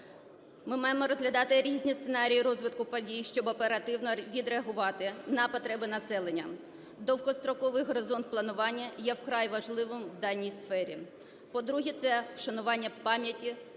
Ми маємо розглядати різні сценарії розвитку подій, щоб оперативно відреагувати на потреби населення. Довгостроковий горизонт планування є вкрай важливим в даній сфері. По-друге, це вшанування пам'яті.